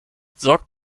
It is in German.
sorgt